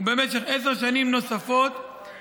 במשך עשר השנים שלאחר כניסת החוק לתוקף,